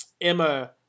emma